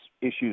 issues